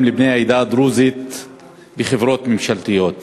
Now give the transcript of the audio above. לבני העדה הדרוזית בחברות ממשלתיות,